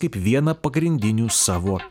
kaip vieną pagrindinių savo